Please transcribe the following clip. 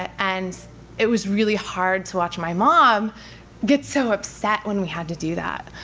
and it was really hard to watch my mom get so upset when we had to do that.